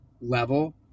level